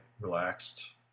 relaxed